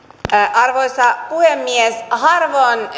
arvoisa puhemies harvoin